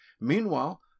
meanwhile